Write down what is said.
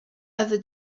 other